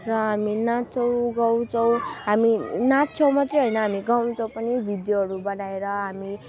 र हामी नाच्छौँ गाउँछौँ हामी नाच्छौँ मात्रै होइन हामी गाउँछौँ पनि भिडियोहरू बनाएर हामी